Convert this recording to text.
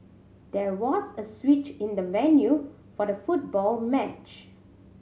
there was a switch in the venue for the football match